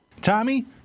Tommy